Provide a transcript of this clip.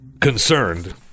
concerned